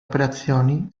operazioni